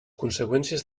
conseqüències